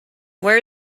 where